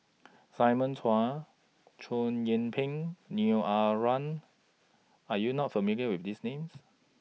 Simon Chua Chow Yian Ping Neo Ah Luan Are YOU not familiar with These Names